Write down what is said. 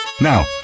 Now